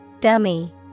Dummy